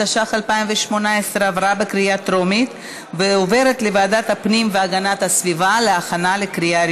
התשע"ח 2018, לוועדת הפנים והגנת הסביבה נתקבלה.